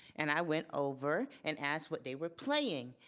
and i went over and asked what they were playing.